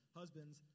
husbands